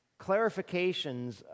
clarifications